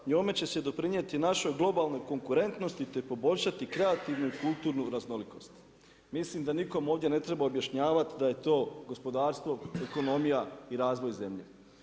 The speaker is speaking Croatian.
Njome će se doprinijeti našoj globalnoj konkurentnosti, te poboljšati kreativnu i kulturnu raznolikost.“ Mislim da nikom ovdje ne treba objašnjavati da je to gospodarstvo, ekonomija i razvoj zemlje.